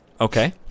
Okay